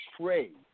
trade